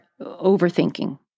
overthinking